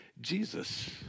Jesus